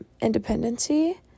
independency